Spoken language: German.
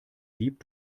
jeep